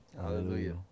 Hallelujah